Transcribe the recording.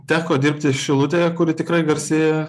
teko dirbti šilutėje kuri tikrai garsėja